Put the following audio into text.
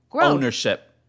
Ownership